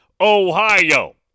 Ohio